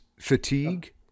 fatigue